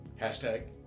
Hashtag